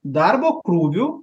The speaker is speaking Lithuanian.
darbo krūvių